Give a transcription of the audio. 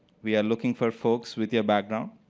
we are looking for folks with your backgrounds.